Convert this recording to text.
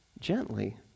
gently